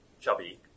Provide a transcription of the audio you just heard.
chubby